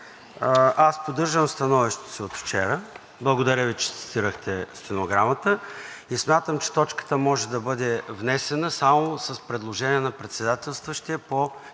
аз поддържам становището си от вчера. Благодаря, че цитирахте стенограмата, и смятам, че точката може да бъде внесена само с предложение на председателстващия по